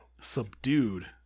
subdued